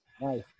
Nice